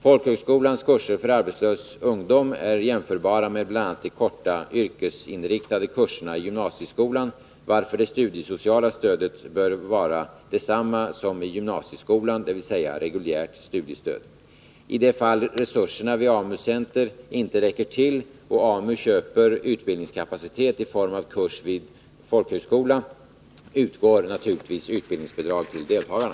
Folkhögskolans kurser för arbetslös ungdom är jämförbara med bl.a. de korta yrkesinriktade kurserna i gymnasieskolan, varför det studiesociala stödet bör vara detsamma som i gymnasieskolan, dvs. reguljärt studiestöd. I det fall resurserna vid AMU-center inte räcker till och AMU köper utbildningskapacitet i form av kurs vid folkhögskola utgår naturligtvis utbildningsbidrag till deltagarna.